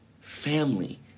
Family